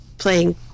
Playing